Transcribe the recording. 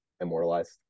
immortalized